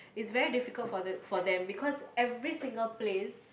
it's very difficult for the for them because every single place